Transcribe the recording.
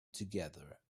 together